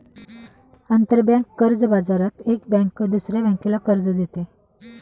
आंतरबँक कर्ज बाजारात एक बँक दुसऱ्या बँकेला कर्ज देते